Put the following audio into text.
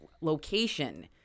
location